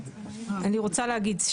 אני רוצה להגיד,